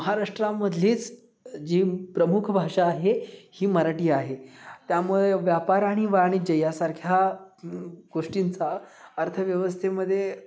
महाराष्ट्रामधलीच जी प्रमुख भाषा आहे ही मराठी आहे त्यामुळे व्यापार आणि वाणिज्य यासारख्या गोष्टींचा अर्थव्यवस्थेमध्ये